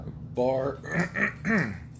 Bar